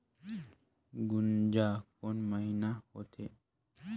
गुनजा कोन महीना होथे?